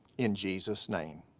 in jesus' name.